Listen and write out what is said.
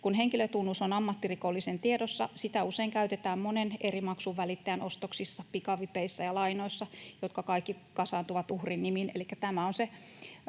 Kun henkilötunnus on ammattirikollisen tiedossa, sitä usein käytetään monen eri maksunvälittäjän ostoksissa, pikavipeissä ja lainoissa, jotka kaikki kasaantuvat uhrin nimiin.